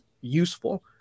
useful